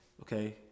okay